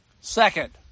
Second